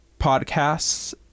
podcasts